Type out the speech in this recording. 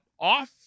off